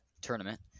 tournament